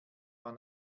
man